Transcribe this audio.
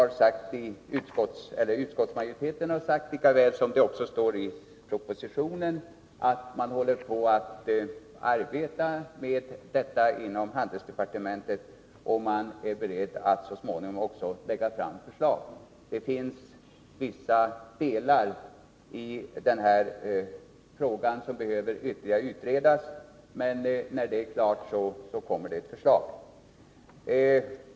Utskottsmajoriteten har sagt, lika väl som det står i propositionen, att man håller på att arbeta med detta inom handelsdepartementet, och man är beredd att så småningom också lägga fram förslag. Det finns vissa delar i den här frågan som behöver ytterligare utredas, men när det är klart kommer det ett förslag.